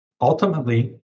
Ultimately